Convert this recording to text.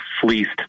fleeced